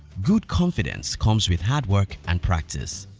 good confidence comes with hard work and practice.